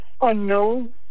unknown